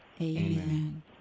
Amen